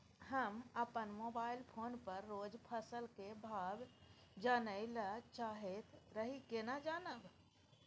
हम अपन mobile phone पर रोज फसल के भाव जानय ल चाहैत रही केना जानब?